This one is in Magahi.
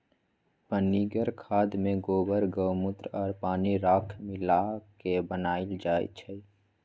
पनीगर खाद में गोबर गायमुत्र आ पानी राख मिला क बनाएल जाइ छइ